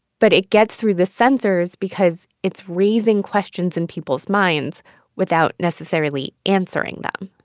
but it gets through the censors because it's raising questions in people's minds without necessarily answering them.